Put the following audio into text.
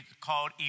called